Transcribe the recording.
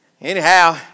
Anyhow